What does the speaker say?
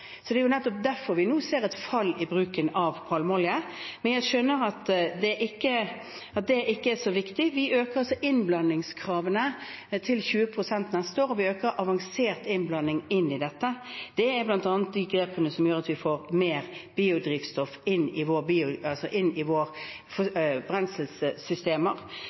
Det er nettopp derfor vi nå ser et fall i bruken av palmeolje – men jeg skjønner at det ikke er så viktig. Vi øker altså innblandingskravene til 20 pst. neste år, og vi øker andelen avansert biodrivstoff inn i dette. Det er bl.a. disse grepene som gjør at vi får mer biodrivstoff inn i